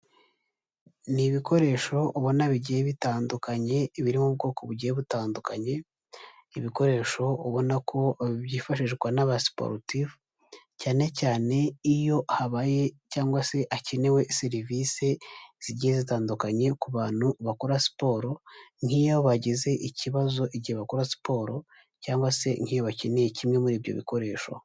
Ni ibikoresho ubona bigiye bitandukanye, biri mu ubwoko bugiye butandukanye, ibikoresho ubona byifashishwa n'aba siporutifu, cyane cyane iyo habaye cyangwa se hakenewe serivisi zigiye zitandukanye, ku bantu bakora siporo nk'iyo bagize ikibazo igihe bakora siporo cyangwa se igihe bakeneye kimwe muri ibyo bikoresho.